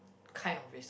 kind of risk